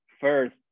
First